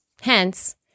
hence